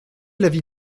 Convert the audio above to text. l’avis